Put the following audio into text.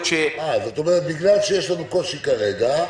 זאת אומרת שבגלל שיש לנו קושי כרגע,